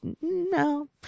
no